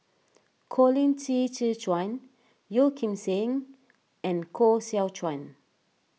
Colin Qi Zhe Quan Yeo Kim Seng and Koh Seow Chuan